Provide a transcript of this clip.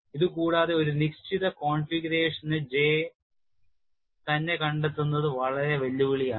ഇതുകൂടാതെ ഒരു നിശ്ചിത കോൺഫിഗറേഷന് J തന്നെ കണ്ടെത്തുന്നത് വെല്ലുവിളിയാണ്